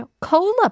Cola